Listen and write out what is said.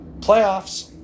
playoffs